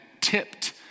tipped